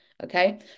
Okay